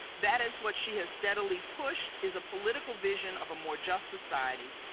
that is what she has steadily pushed is a political vision of a more just society,